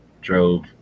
drove